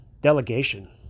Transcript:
Delegation